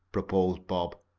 proposed bob.